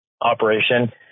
operation